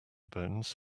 bones